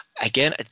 Again